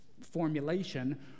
formulation